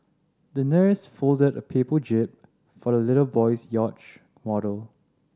the nurse folded a paper jib for the little boy's yacht model